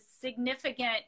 significant